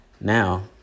now